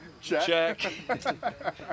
check